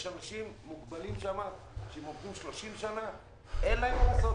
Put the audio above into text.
יש שם אנשים מוגבלים שעובדים 30 שנים וחוץ מזה אין להם מה לעשות.